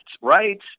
right